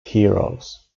heroes